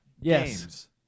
Yes